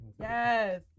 Yes